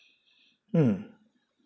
mm